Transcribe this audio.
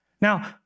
Now